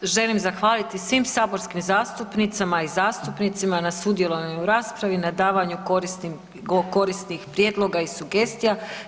Želim zahvaliti svim saborskim zastupnicama i zastupnicima na sudjelovanju u raspravi, na davanju korisnih prijedloga i sugestija.